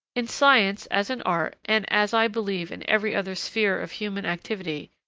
in science, as in art, and, as i believe, in every other sphere of human activity,